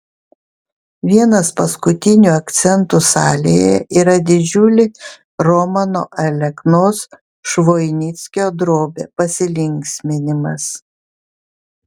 vienas paskutinių akcentų salėje yra didžiulė romano aleknos švoinickio drobė pasilinksminimas